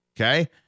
okay